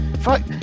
Fuck